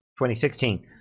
2016